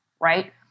right